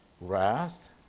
wrath